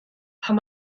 pan